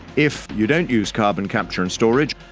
if you don't use carbon capture and storage,